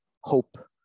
hope